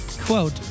quote